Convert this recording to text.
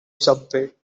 subway